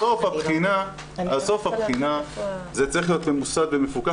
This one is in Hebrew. בסוף הבחינה זה צריך להיות ממוסד ומפוקח